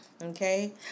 Okay